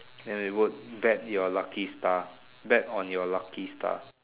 then they put bet your lucky star bet on your lucky star